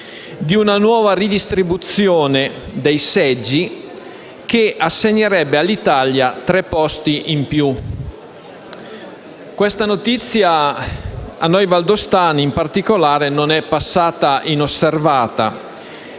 di una nuova redistribuzione dei seggi che assegnerebbe all'Italia tre posti in più. Questa notizia, a noi valdostani in particolare, non è passata inosservata.